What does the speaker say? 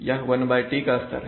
यह 1T का स्तर है